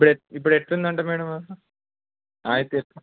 ఇప్పుడు ఇప్పుడు ఎట్లుందంట మ్యాడమ్ ఆయనకు